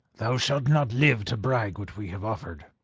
thou shalt not live to brag what we have offer'd.